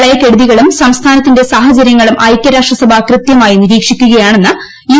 പ്രളയക്കെടുതികളും സംസ്ഥാനത്തിന്റെ സാഹചര്യങ്ങളും ഐക്യരാഷ്ട്രസഭ കൃത്യമായി നിരീക്ഷിക്കുകയാണെന്ന് യു